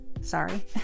sorry